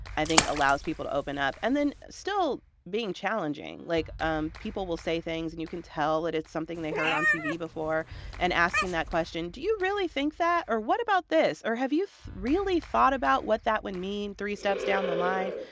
i think allows people to open up, and then still being challenging. like, um people will say things, and you can tell that it's something they heard on tv before and asking that question, do you really think that? or what about this, or have you really thought about what that would mean three steps down the line,